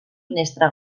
finestra